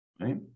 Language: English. Right